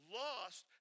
lost